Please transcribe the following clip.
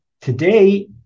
Today